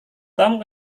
tom